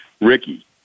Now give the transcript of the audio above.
Ricky